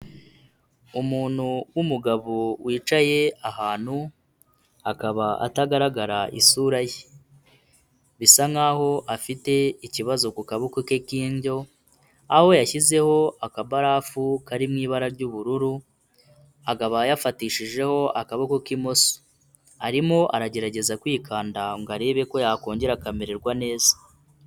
Umuntu w'umugabo wicaye ahantu akaba atagaragara isura ye, bisa nkaho afite ikibazo ku kaboko ke k'indyo, aho yashyizeho akabarafu kari mu ibara ry'ubururu, akaba yafatishijeho akaboko k'imoso, arimo aragerageza kwikanda ngo arebe ko yakongera akamererwa neza.